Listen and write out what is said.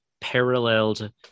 paralleled